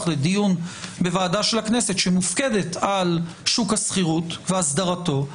לדיון בוועדה של הכנסת שמופקדת על שוק השכירות והסדרתו,